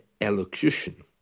elocution